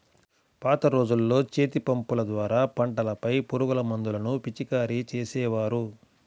పాత రోజుల్లో చేతిపంపుల ద్వారా పంటలపై పురుగుమందులను పిచికారీ చేసేవారు